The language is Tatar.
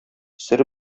сер